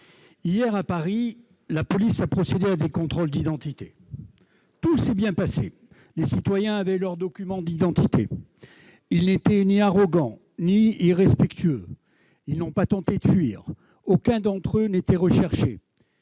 Hier, à Paris, la police a procédé à des contrôles d'identité. Tout s'est bien passé : les citoyens avaient leur document d'identité, ils n'étaient ni arrogants ni irrespectueux, ils n'ont pas tenté de fuir, aucun d'entre eux n'était recherché,